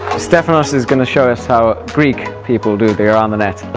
stefanos is going to show us how greek people do the around the net